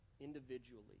individually